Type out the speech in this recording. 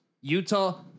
Utah